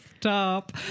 stop